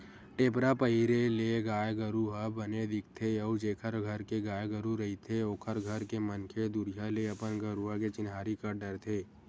टेपरा पहिरे ले गाय गरु ह बने दिखथे अउ जेखर घर के गाय गरु रहिथे ओखर घर के मनखे दुरिहा ले अपन गरुवा के चिन्हारी कर डरथे